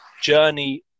journey